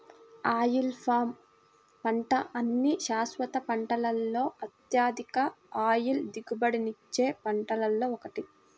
oil palm పంట అన్ని శాశ్వత పంటలలో అత్యధిక ఆయిల్ దిగుబడినిచ్చే పంటలలో ఒకటి